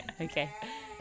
Okay